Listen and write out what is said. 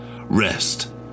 rest